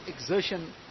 exertion